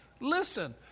Listen